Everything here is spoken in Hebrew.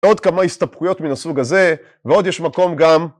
עוד כמה הסתבכויות מן הסוג הזה ועוד יש מקום גם